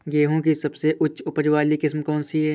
गेहूँ की सबसे उच्च उपज बाली किस्म कौनसी है?